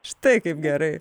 štai kaip gerai